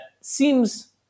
seems